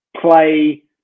play